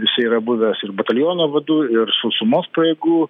jisai yra buvęs ir bataliono vadu ir sausumos pajėgų